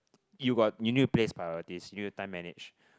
you got you need to place priorities you need to time manage